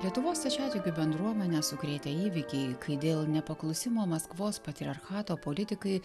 lietuvos stačiatikių bendruomenę sukrėtę įvykiai kai dėl nepaklusimo maskvos patriarchato politikai